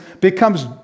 becomes